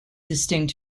distinct